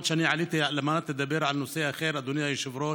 אני עליתי כדי לדבר על נושא אחר, אדוני היושב-ראש.